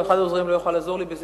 אחד העוזרים לא יכול לעזור לי.